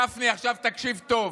גפני, עכשיו תקשיב טוב.